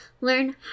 Learn